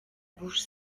bouche